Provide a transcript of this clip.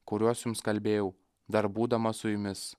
kuriuos jums kalbėjau dar būdamas su jumis